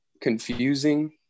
confusing